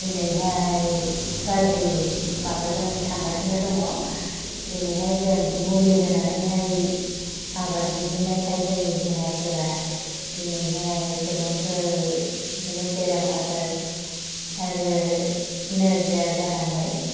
दिनैहाय गाज्रि माबाजों थांगासिनो दङ दिनैहाय जों मुलि होनानैहाय आबाद दिहुन्नायखाय जोंनि देहाफोरा दिनैहाय गोबांथार बिदिनो बेराम आजार आरो नोरजिया जानांबाय